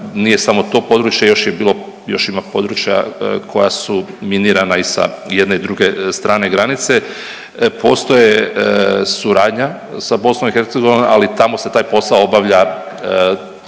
nije samo to područje još je bilo još ima područja koja su minirana i sa jedne i sa druge strane granice, postoje suradnja sa BiH, ali tamo se taj posao obavlja